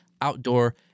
outdoor